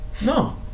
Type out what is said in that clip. No